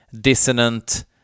dissonant